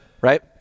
Right